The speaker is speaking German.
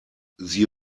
sie